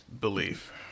belief